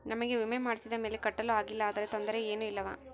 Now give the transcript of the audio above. ನಮಗೆ ವಿಮೆ ಮಾಡಿಸಿದ ಮೇಲೆ ಕಟ್ಟಲು ಆಗಿಲ್ಲ ಆದರೆ ತೊಂದರೆ ಏನು ಇಲ್ಲವಾ?